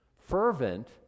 fervent